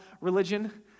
religion